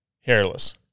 hairless